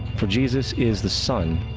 for jesus is the sun,